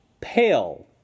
pale